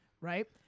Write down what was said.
right